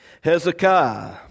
Hezekiah